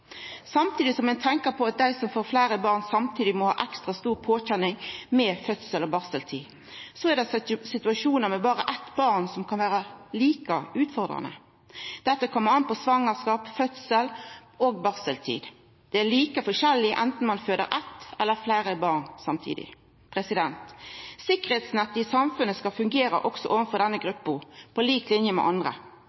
samtidig som ein tenkjer på at det for dei som får fleire barn samtidig, er ei ekstra stor påkjenning med fødsel og barseltid. Så er det situasjonar med berre eitt barn som kan vera like utfordrande. Dette kjem an på svangerskap, fødsel og barseltid. Det er like forskjellig enten ein føder eitt barn eller fleire barn samtidig. Sikkerheitsnettet i samfunnet skal fungera også for denne